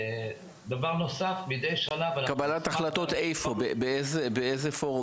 קבלת החלטות באיזה פורומים?